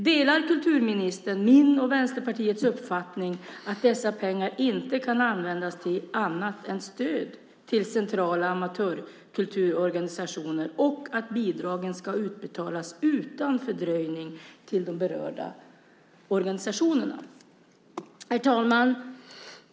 Delar kulturministern min och Vänsterpartiets uppfattning att dessa pengar inte kan användas till annat än stöd till centrala amatörkulturorganisationer och att bidragen ska utbetalas utan fördröjning till de berörda organisationerna? Herr talman!